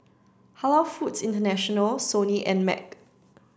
Halal Foods International Sony and Mac